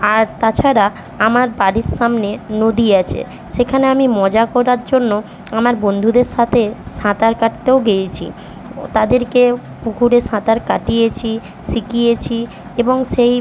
আর তাছাড়া আমার বাড়ির সামনে নদী আছে সেখানে আমি মজা করার জন্য আমার বন্ধুদের সাতে সাঁতার কাটতেও গিয়েছি ও তাদেরকে পুকুরে সাঁতার কাটিয়েছি শিকিয়েছি এবং সেই